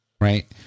Right